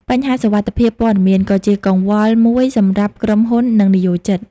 បញ្ហាសុវត្ថិភាពព័ត៌មាន ក៏ជាកង្វល់មួយសម្រាប់ក្រុមហ៊ុន និងនិយោជិត។